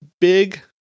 big